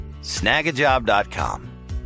Snagajob.com